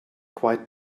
quite